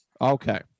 Okay